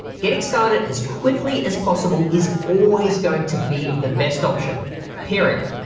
getting started as quickly as possible is always going to be the best option period,